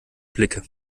blicke